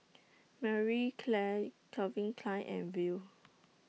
Marie Claire Calvin Klein and Viu